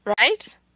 right